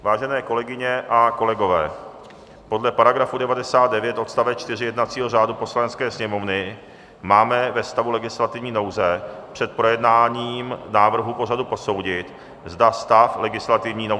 Vážené kolegyně a kolegové, podle § 99 odst. 4 jednacího řádu Poslanecké sněmovny máme ve stavu legislativní nouze před projednáním návrhu pořadu posoudit, zda stav legislativní nouze trvá.